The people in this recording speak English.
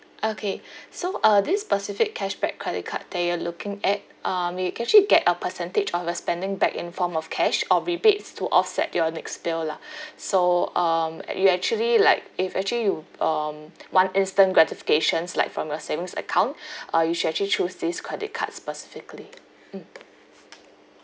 okay so uh this specific cashback credit card that you're looking at um you can actually get a percentage of your spending back in form of cash or rebates to offset your next bill lah so um a~ you actually like if actually you um want instant gratifications like from your savings account uh you should actually choose this credit card specifically mm